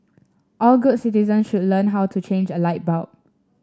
all good citizens should learn how to change a light bulb